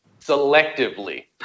selectively